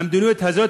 המדיניות הזאת,